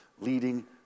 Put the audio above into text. leading